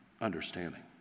understanding